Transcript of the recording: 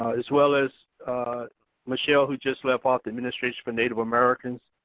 as well as michelle who just left off the administration for native americans.